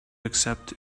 accept